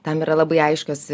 tam yra labai aiškios